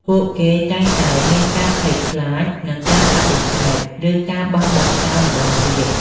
ពួកគេតែងតែមានការភ័យខ្លាចនឹងការបដិសេធ ឬការបោះបង់ចោលម្ដងទៀត។